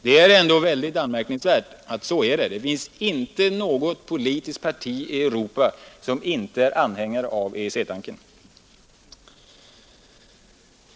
Det är mycket anmärkningsvärt att det förhåller sig så — det finns inte något politiskt parti i Europa som inte är anhängare av EEC-tanken!